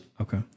Okay